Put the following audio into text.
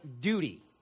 duty